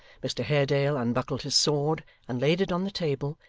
mr haredale unbuckled his sword and laid it on the table,